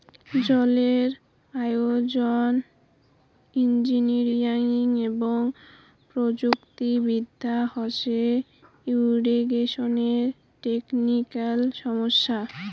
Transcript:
জলের আয়োজন, ইঞ্জিনিয়ারিং এবং প্রযুক্তি বিদ্যা হসে ইরিগেশনের টেকনিক্যাল সমস্যা